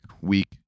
week